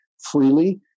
freely